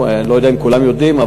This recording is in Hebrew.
אני לא יודע אם כולם יודעים,